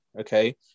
Okay